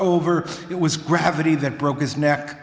over it was gravity that broke his neck